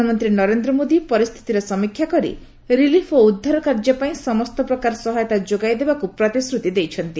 ପ୍ରଧାନମନ୍ତ୍ରୀ ନରେନ୍ଦ୍ର ମୋଦି ପରିସ୍ଥିତିର ସମୀକ୍ଷା କରି ରିଲିଫ୍ ଓ ଉଦ୍ଧାର କାର୍ଯ୍ୟ ପାଇଁ ସମସ୍ତ ପ୍ରକାର ସହାୟତା ଯୋଗାଇ ଦେବାକୁ ପ୍ରତିଶ୍ରତି ଦେଇଛନ୍ତି